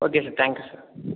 okay sir thank you sir